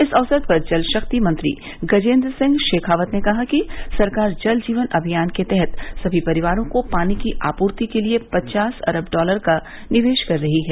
इस अवसर पर जल शक्ति मंत्री गजेन्द्र सिंह शेखावत ने कहा कि सरकार जल जीवन अभियान के तहत सभी परिवारों को पानी की आपूर्ति के लिए पचास अरब डॉलर का निवेश कर रही है